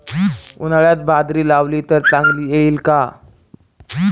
उन्हाळ्यात बाजरी लावली तर चांगली येईल का?